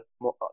more